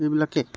এইবিলাকে